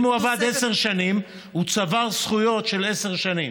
אם הוא עבד עשר שנים, הוא צבר זכויות של עשר שנים,